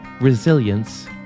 Resilience